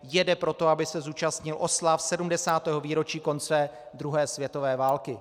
Jede proto, aby se zúčastnil oslav 70. výročí konce druhé světové války.